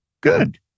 good